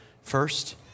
First